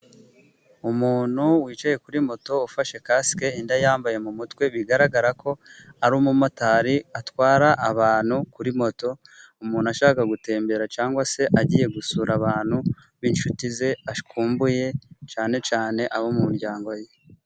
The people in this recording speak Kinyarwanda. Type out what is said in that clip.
Umuntu wicaye kuri moto ufashe kasike inda yambaye mu mutwe, bigaragara ko ari umumotari atwara abantu kuri moto, umuntu ashaka gutembera cyangwa se agiye gusura abantu b'inshuti ze akumbuye, cyane cyane abo mu miryango ye.